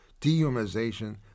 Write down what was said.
dehumanization